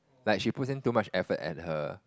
like she puts in too much effort at her